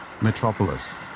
Metropolis